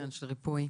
כן, של ריפוי.